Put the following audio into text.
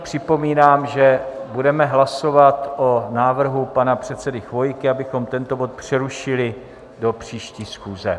Připomínám, že budeme hlasovat o návrhu pana předsedy Chvojky, abychom tento bod přerušili do příští schůze.